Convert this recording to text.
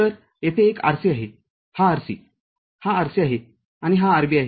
तर येथे एक RC आहेहा RC हा RC आहे आणि हा RB आहे